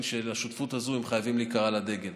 שבשותפות הזאת הם חייבים להיקרא לדגל.